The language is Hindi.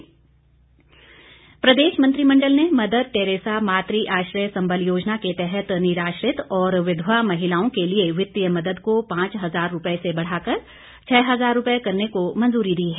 मंत्रिमंडल प्रदेश मंत्रिमंडल ने मदर टेरेसा मातृ आश्रय संबल योजना के तहत निराश्रित और विधवा महिलाओं के लिए वित्तीय मदद को पांच हजार रुपए से बढ़ाकर छः हजार रुपए करने को मंजूरी दी है